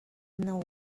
know